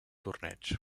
torneig